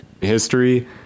history